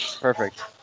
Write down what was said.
Perfect